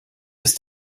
ist